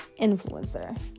influencer